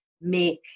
make